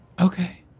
Okay